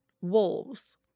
wolves